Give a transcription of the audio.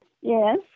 Yes